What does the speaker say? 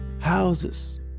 houses